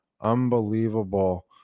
Unbelievable